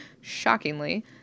shockingly